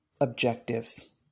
objectives